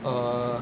err